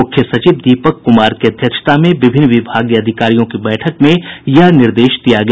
मुख्य सचिव दीपक कुमार की अध्यक्षता में विभिन्न विभागीय अधिकारियों की बैठक में यह निर्देश दिया गया